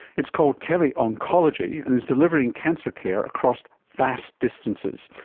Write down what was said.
it's called tele-oncology and it's delivering cancer care across vast distances.